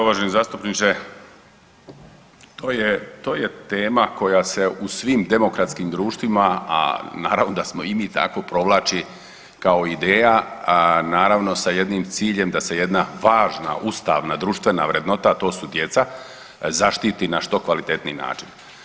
Uvaženi zastupniče to je tema koja se u svim demokratskim društvima, a naravno da smo i mi tako provlači kao ideja naravno sa jednim ciljem da se jedna važna ustavna društvena vrednota, a to su djeca zaštititi na što kvalitetniji način.